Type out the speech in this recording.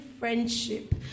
friendship